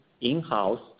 in-house